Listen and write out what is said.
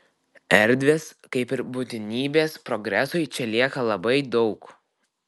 erdvės kaip ir būtinybės progresui čia lieka labai daug